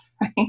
right